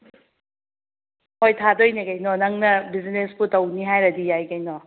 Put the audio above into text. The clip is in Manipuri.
ꯍꯣꯏ ꯊꯥꯗꯣꯏꯅꯦ ꯀꯩꯅꯣ ꯅꯪꯅ ꯕꯤꯖꯤꯅꯦꯁꯄꯨ ꯇꯧꯅꯤ ꯍꯥꯏꯔꯗꯤ ꯌꯥꯏ ꯀꯩꯅꯣ